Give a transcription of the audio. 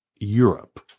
Europe